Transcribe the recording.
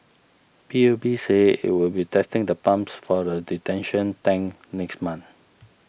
P U B said it will be testing the pumps for the detention tank next month